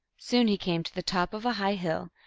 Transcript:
soon he came to the top of a high hill,